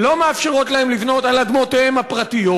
לא מאפשרות להם לבנות על אדמותיהם הפרטיות